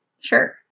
Sure